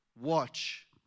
Watch